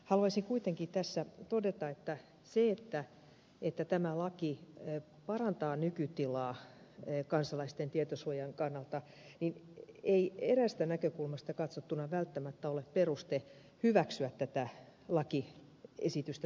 haluaisin kuitenkin tässä todeta että se että tämä laki parantaa nykytilaa kansalaisten tietosuojan kannalta ei eräästä näkökulmasta katsottuna välttämättä ole peruste hyväksyä tätä lakiesitystä sellaisenaan